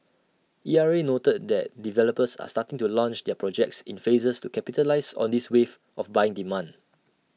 E R A noted that developers are starting to launch their projects in phases to capitalise on this wave of buying demand